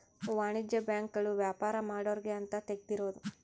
ವಾಣಿಜ್ಯ ಬ್ಯಾಂಕ್ ಗಳು ವ್ಯಾಪಾರ ಮಾಡೊರ್ಗೆ ಅಂತ ತೆಗ್ದಿರೋದು